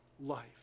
life